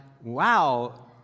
wow